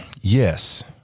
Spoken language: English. yes